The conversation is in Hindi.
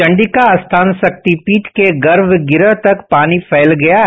चंडिका स्थान शक्ति पीठ के गर्म गृह तक पानी फैल गया है